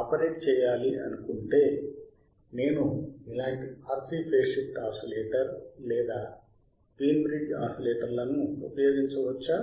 operate చేయాలనుకుంటే నేను ఇలాంటి RC ఫేజ్ షిఫ్ట్ ఆసిలేటర్ లేదా వీన్ బ్రిడ్జ్ ఓసిలేటర్లను ఉపయోగించవచ్చా